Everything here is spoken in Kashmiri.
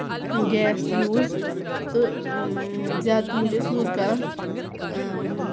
گیس تہِ یوٗز تہٕ زیادٕ پہم چھِ أسۍ یوٗز کران